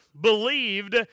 believed